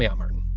ah martin